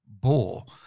bull